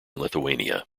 lithuania